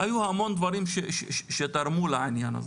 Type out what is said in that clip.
היו המון דברים שתרמו לעניין הזה.